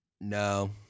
No